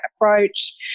approach